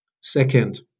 Second